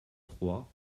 trois